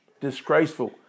disgraceful